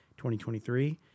2023